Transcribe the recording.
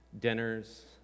dinners